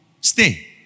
Stay